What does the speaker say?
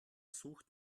sucht